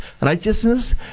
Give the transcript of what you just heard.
righteousness